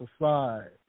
aside